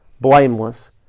blameless